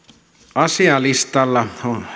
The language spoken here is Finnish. asialistalla